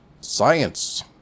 Science